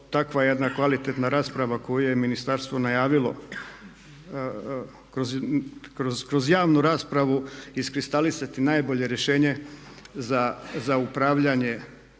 takva jedna kvalitetna rasprava koju je ministarstvo najavilo kroz javnu raspravu iskristalisati najbolje rješenje za upravljanje